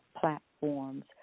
platforms